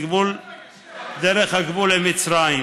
שהכנסת תבחן